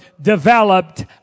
developed